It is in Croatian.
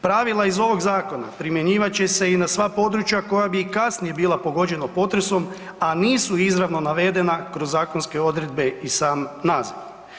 Pravila iz ovog zakona primjenjivat će se i na sva područja koja bi i kasnije bila kasnije pogođena potresom a nisu izravno navedena kroz zakonske odredbe i sam naziv.